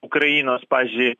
ukrainos pavyzdžiui